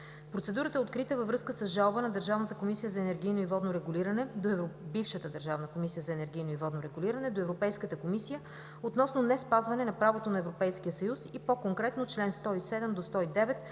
Процедурата е открита във връзка с жалба на бившата Държавна комисия за енергийно и водно регулиране до Европейската комисия относно неспазване на правото на Европейския съюз и по-конкретно чл. 107 до 109